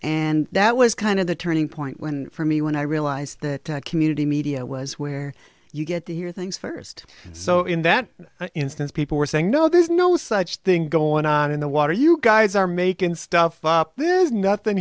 and that was kind of the turning point when for me when i realized that community media was where you get the hear things first so in that instance people were saying no there's no such thing going on in the water you guys are making stuff up